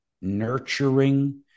nurturing